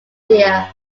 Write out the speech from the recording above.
dear